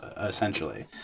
Essentially